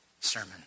sermon